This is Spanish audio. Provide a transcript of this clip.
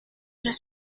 los